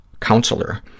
counselor